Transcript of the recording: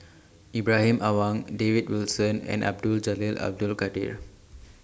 Ibrahim Awang David Wilson and Abdul Jalil Abdul Kadir